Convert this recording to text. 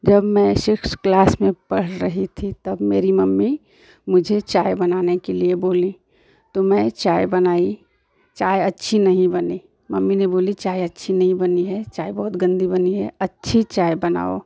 जब मैं six class में पढ़ रही थी तब मेरी मम्मी मुझे चाय बनाने के लिए बोली तो मैं चाय बनाई चाय अच्छी नहीं बनी मम्मी ने बोली चाय अच्छी नहीं बनी है बहुत गन्दी बनी है अच्छी चाय बनाओ